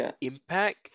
impact